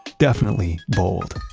definitely bold!